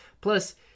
plus